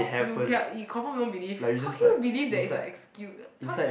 you kia you confirm don't believe how can you believe that it's an excuse how to